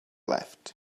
left